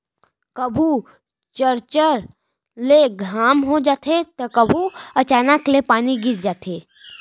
कभू चरचर ले घाम हो जाथे त कभू अचानक ले पानी गिर जाथे